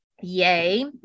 Yay